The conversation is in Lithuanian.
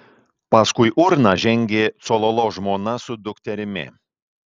paskui urną žengė cololo žmona su dukterimi